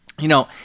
you know,